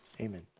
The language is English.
Amen